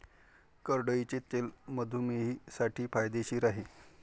करडईचे तेल मधुमेहींसाठी फायदेशीर आहे